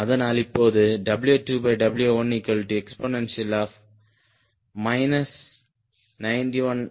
அதனால் இப்போது W2W1exp 9114000 ∗ 0